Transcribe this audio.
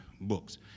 books